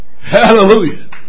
Hallelujah